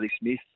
Smith